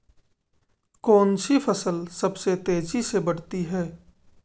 कौनसी फसल सबसे तेज़ी से बढ़ती है?